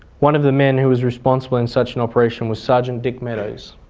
one of the men who was responsible in such an operation was sergeant dick meadows